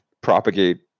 propagate